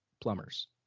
plumbers